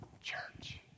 Church